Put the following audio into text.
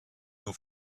nur